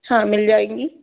हाँ मिल जाएगी